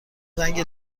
رنگ